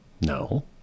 No